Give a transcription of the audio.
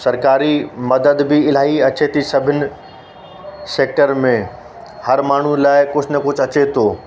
सरकारी मदद बि इलाही अचे थी सभिनि सेक्टर में हरु माण्हू लाइ कुझु न कुझु अचे थो